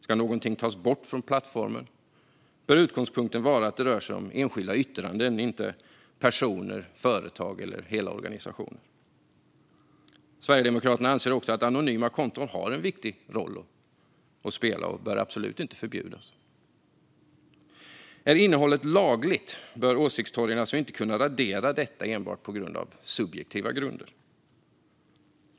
Ska något tas bort från plattformen bör utgångspunkten vara att det rör sig om enskilda yttranden, inte personer, företag eller hela organisationer. Sverigedemokraterna anser också att anonyma konton har en viktig roll att spela. De bör absolut inte förbjudas. Är innehållet lagligt bör åsiktstorgen alltså inte kunna radera detta på enbart subjektiva grunder.